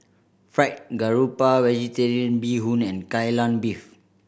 Fried Garoupa Vegetarian Bee Hoon and Kai Lan Beef